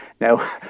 Now